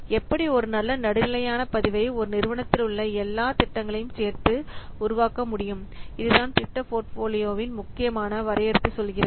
எப்படி ஒரு நல்ல நடுநிலையான பதிவை ஒரு நிறுவனத்தில் உள்ள எல்லா திட்டங்களையும் சேர்த்து உருவாக்க முடியும் இதுதான் திட்ட போர்ட்போலியோ முக்கியமாக வரையறுத்து சொல்கிறது